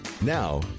Now